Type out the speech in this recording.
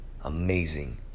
Amazing